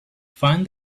find